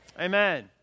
amen